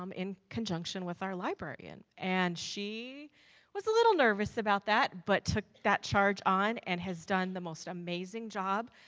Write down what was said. um in concoction with our librarian. an and she was a little nervous about that but took that charge on and has done the most amazing job.